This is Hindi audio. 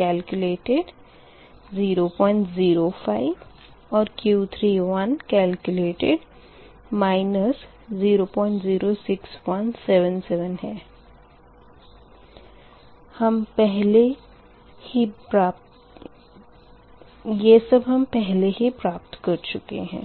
केलक्यूलेटड 0005 और Q3 केलक्यूलेटड 006177 हम पहले ही प्राप्त कर चुके है